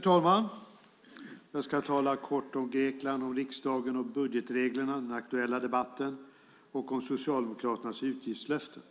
Fru talman! Jag ska tala kort om Grekland, riksdagen och budgetreglerna, om den aktuella debatten och om Socialdemokraternas många utgiftslöften.